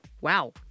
Wow